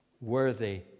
Worthy